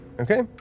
Okay